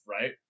right